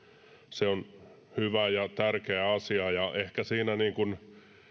se on hyvä ja tärkeä asia ja ehkä siinä